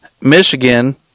Michigan